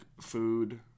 food